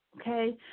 Okay